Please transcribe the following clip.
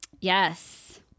Yes